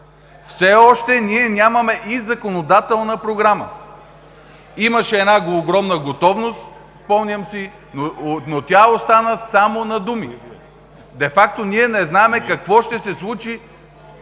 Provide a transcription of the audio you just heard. все още ние нямаме и законодателна програма. (Шум и реплики от ГЕРБ.) Имаше една огромна готовност, спомням си, но тя остана само на думи. Де факто ние не знаем какво ще се случи